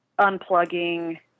unplugging